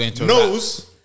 knows